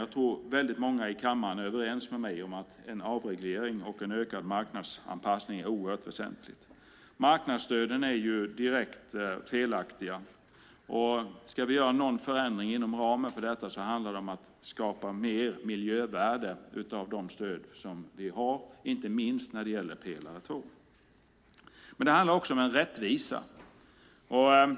Jag tror att många i kammaren är överens med mig om att en avreglering och en ökad marknadsanpassning är väsentligt. Marknadsstöden är direkt felaktiga. Ska vi göra någon förändring inom ramen för detta handlar det om att skapa mer miljövärden utan av de stöd som vi har, inte minst när det gäller pelare 2. Det handlar om rättvisa.